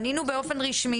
אנחנו פנינו באופן רשמי